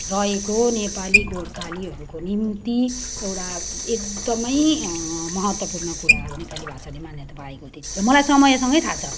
रहेको नेपाली गोर्खालीहरूको निम्ति एउटा एकदमै महत्त्वपूर्ण कुरा नेपाली भाषाले मान्यता पाएको कुरा त्यतिखेर मलाई समयसँगै थाहा छ